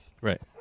Right